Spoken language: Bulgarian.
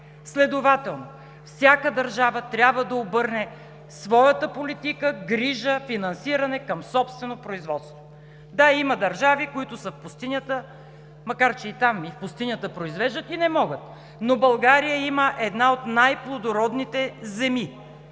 Следователно всяка държава трябва да обърне своята политика, грижа, финансиране към собствено производство. Да, има държави, които са в пустинята, макар че и там – и в пустинята, произвеждат и не могат. Но България има една от най-плодородните земи,